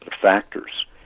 factors